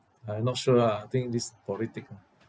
I not sure ah I think this politic ah